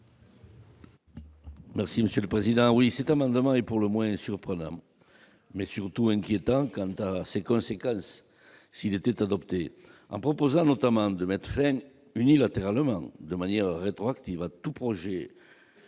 Monsieur le Président, oui, c'est un engagement est pour le moins surprenant mais surtout inquiétant quant à ses conséquences s'il était adopté, en proposant notamment de mettre unilatéralement de manière rétroactive à tout projet